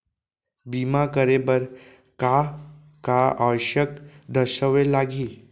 बीमा करे बर का का आवश्यक दस्तावेज लागही